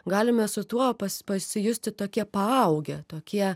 galime su tuo pas pasijusti tokie paaugę tokie